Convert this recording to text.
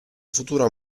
futura